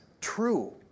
true